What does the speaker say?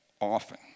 Often